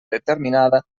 determinada